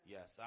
Yes